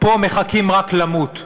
פה מחכים רק למות,